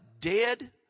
dead